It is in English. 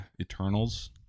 Eternals